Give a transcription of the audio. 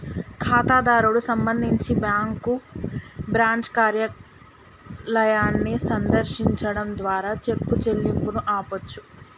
ఖాతాదారుడు సంబంధించి bank branch కార్యాలయాన్ని సందర్శించడం ద్వారా చెక్ చెల్లింపును ఆపొచ్చు